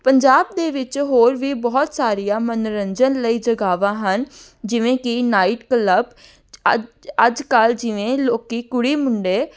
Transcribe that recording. ਪੰਜਾਬ ਦੇ ਵਿੱਚ ਹੋਰ ਵੀ ਬਹੁਤ ਸਾਰੀਆਂ ਮਨੋਰੰਜਨ ਲਈ ਜਗ੍ਹਾਵਾਂ ਹਨ ਜਿਵੇਂ ਕਿ ਨਾਈਟ ਕਲੱਬ ਅੱਜ ਅੱਜ ਕੱਲ੍ਹ ਜਿਵੇਂ ਲੋਕ ਕੁੜੀ ਮੁੰਡੇ